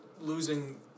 losing